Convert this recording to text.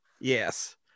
Yes